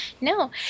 no